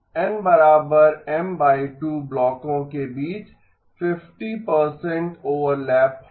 N M 2 ब्लॉकों के बीच 50 ओवरलैप देगा